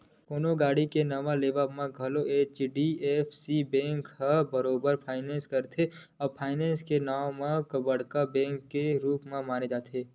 कोनो गाड़ी के नवा लेवब म घलोक एच.डी.एफ.सी बेंक ह बरोबर फायनेंस करथे, फायनेंस के नांव म बड़का बेंक के रुप माने जाथे